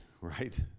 right